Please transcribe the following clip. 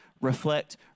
reflect